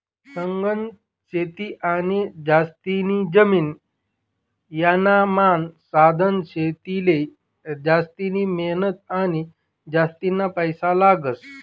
सघन शेती आणि जास्तीनी जमीन यानामान सधन शेतीले जास्तिनी मेहनत आणि जास्तीना पैसा लागस